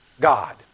God